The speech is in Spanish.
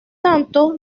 tanto